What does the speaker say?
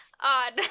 Odd